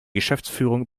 geschäftsführung